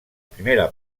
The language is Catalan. primera